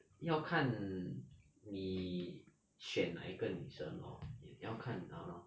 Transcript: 要看你选哪一个女生 lor 也要看 lor